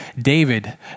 David